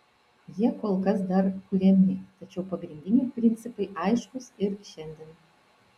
jie kol kas dar kuriami tačiau pagrindiniai principai aiškūs ir šiandien